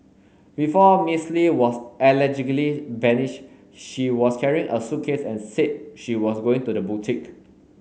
before Miss Li was allegedly vanished she was carrying a suitcase and said she was going to the boutique